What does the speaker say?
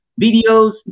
videos